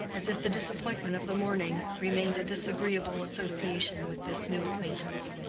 as if the disappointment of the morning remained a disagreeable association with this new acquaintance.